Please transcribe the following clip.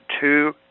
two